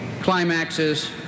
climaxes